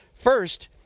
First